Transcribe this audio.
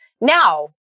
Now